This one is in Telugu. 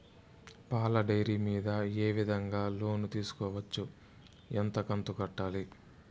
పాల డైరీ మీద ఏ విధంగా లోను తీసుకోవచ్చు? ఎంత కంతు కట్టాలి?